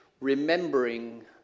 remembering